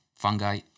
fungi